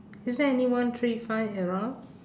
is there any one three five around